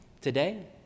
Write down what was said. today